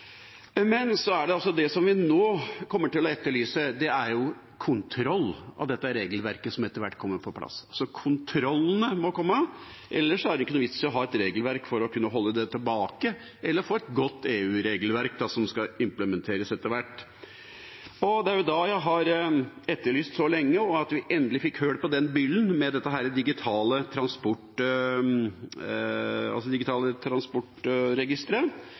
Det vi nå kommer til å etterlyse, er kontroll av dette regelverket som etter hvert kommer på plass. Kontrollene må komme, ellers er det ikke noe vits i å ha et regelverk for å kunne holde tilbake, eller at vi får et godt EU-regelverk som skal implementeres etter hvert. Jeg har lenge etterlyst – og endelig fikk vi hull på den byllen – et digitalt transportregister, som regjeringen skal utarbeide. Det er også viktig da at